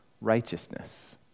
righteousness